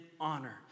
honor